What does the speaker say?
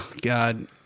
God